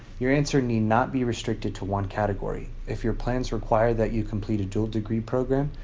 your answer need not be restricted to one category. if your plans require that you complete a dual degree program,